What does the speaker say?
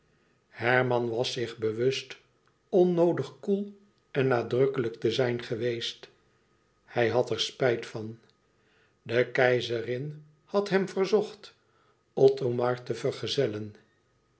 herman was zich bewust onnoodig koel en nadrukkelijk te zijn geweest hij had er spijt van de keizerin had hem verzocht othomar te vergezellen